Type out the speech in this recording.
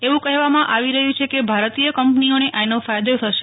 એવું કહેવામાં આવી રહ્યું છે કે ભારતીય કંપનીઓને આનો ફાથદો થશે